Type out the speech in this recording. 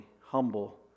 humble